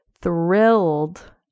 thrilled